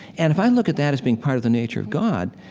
and if i look at that as being part of the nature of god,